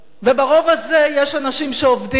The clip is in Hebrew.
וברוב הזה יש אנשים שעובדים,